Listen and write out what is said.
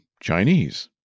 Chinese